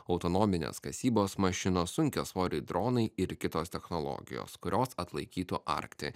autonominės kasybos mašinos sunkiasvoriai dronai ir kitos technologijos kurios atlaikytų arktį